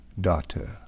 daughter